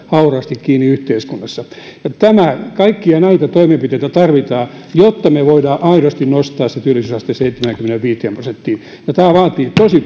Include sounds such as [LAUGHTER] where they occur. on hauraasti kiinni yhteiskunnassa kaikkia näitä toimenpiteitä tarvitaan jotta me voimme aidosti nostaa sen työllisyysasteen seitsemäänkymmeneenviiteen prosenttiin ja tämä vaatii tosi [UNINTELLIGIBLE]